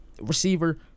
receiver